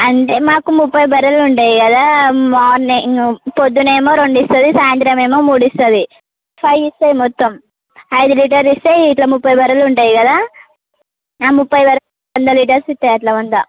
అంటే మాకు ముప్పై బర్రెలు ఉన్నాయి కదా మార్నింగ్ పొద్దునేేమో రెండు ఇస్తుంది సాయంత్రమేమో మూడు ఇస్తుంది ఫైవ్ ఇస్తాయి మొత్తం ఐదు లీటర్లు ఇస్తాయి ఇట్లా ముప్పై బర్రెలు ఉంటాయి కదా ముప్పై బర్రెలు వంద లీటర్స్ ఇస్తాయి అట్ల అంతా